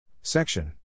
Section